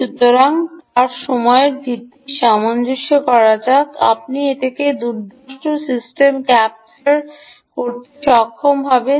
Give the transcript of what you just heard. সুতরাং তার সময় ভিত্তিকে সামঞ্জস্য করা যাক আপনি একটি দুর্দান্ত সিস্টেম ক্যাপচার করতে সক্ষম হবেন